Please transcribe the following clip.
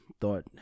thought